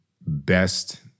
best